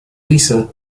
lisa